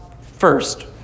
first